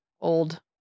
old